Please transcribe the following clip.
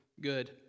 good